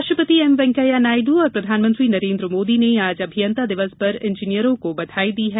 उपराष्ट्रपति एम वैकेया नायडू और प्रधानमंत्री नरेन्द्र मोदी ने आज अभियंता दिवस पर इंजीनियरों को बधाई दी है